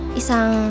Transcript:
isang